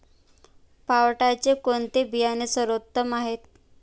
पावट्याचे कोणते बियाणे सर्वोत्तम आहे?